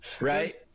right